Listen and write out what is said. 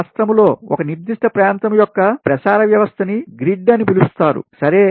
రాష్ట్రములో ఒక నిర్దిష్ట ప్రాంతం యొక్క ప్రసార వ్వ్యవస్థని గ్రిడ్ అని పిలుస్తారు సరే